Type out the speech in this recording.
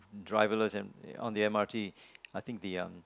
driver less and on the M_R_T I think the um